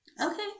Okay